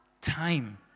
time